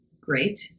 great